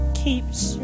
keeps